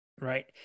Right